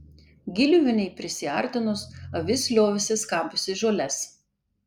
giliuvienei prisiartinus avis liovėsi skabiusi žoles